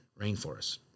rainforests